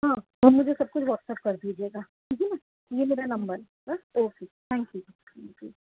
ہاں تب مجھے سب کچھ واٹس اپ کر دیجیے گا ٹھیک ہے نا یہ میرا نمبر اوکے تھینک یو